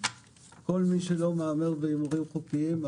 כל מי שלא מהמר בהימורים חוקיים,